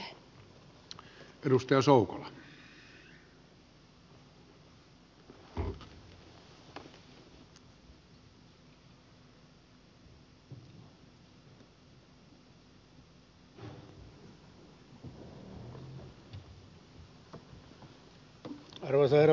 arvoisa herra puhemies